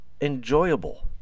enjoyable